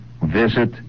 visit